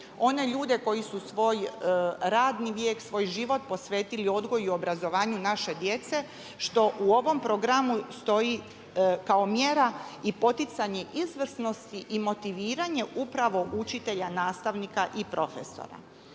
one ljude koji su svoj radni vijek, svoj život posvetili odgoju i obrazovanju naše djece što u ovom programu stoji kao mjera i poticanje izvrsnosti i motiviranje upravo učitelja, nastavnika i profesora.